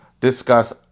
discuss